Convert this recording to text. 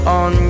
on